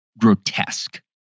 grotesque